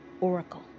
Oracle